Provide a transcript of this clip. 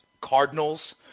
Cardinals